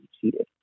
cheated